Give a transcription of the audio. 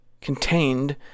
contained